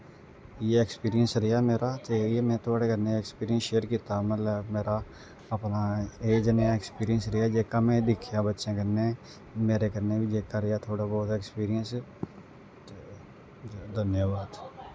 इ'यै ऐक्सपिरियंस रेहा मेरा ते इ'यै में तोआड़े कन्नै ऐक्सपिरियंस शेयर कीता मतलब एह् मतलब मेरा अपना एह् जनेहा ऐक्सपिरियंस रेहा जेह्का में एह् दिक्खेआ बच्चें कन्नै मेरे कन्नै बी जेह्का रेहा थोह्ड़ा बौह्त ऐक्सपिरियंस धन्यवाद